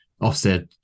offset